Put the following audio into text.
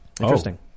Interesting